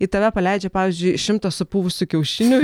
į tave paleidžia pavyzdžiui šimtą supuvusių kiaušinių